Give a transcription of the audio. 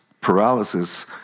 paralysis